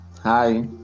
Hi